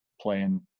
playing